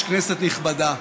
היושב-ראש, כנסת נכבדה,